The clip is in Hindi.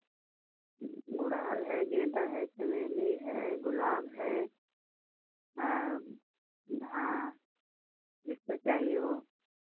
गुड़हल है गेंदा है चमेली है गुलाब है हाँ हाँ जिसको चाहिए वो